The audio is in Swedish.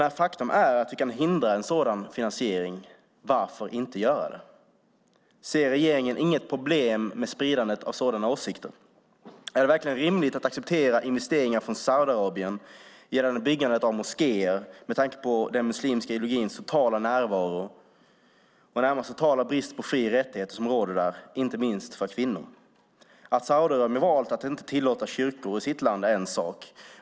När faktum är att vi kan hindra en sådan finansiering, varför då inte göra det? Ser regeringen inget problem med spridandet av sådana åsikter? Är det verkligen rimligt att acceptera investeringar från Saudiarabien gällande byggandet av moskéer, med tanke på den muslimska ideologins totala närvaro och den närmast totala brist på fri och rättigheter som råder där, inte minst för kvinnor? Att Saudiarabien har valt att inte tillåta kyrkor i sitt land är en sak.